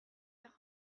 faire